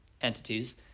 entities